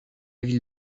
ville